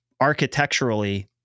architecturally